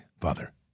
Father